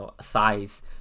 size